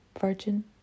virgin